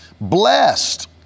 Blessed